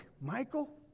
Michael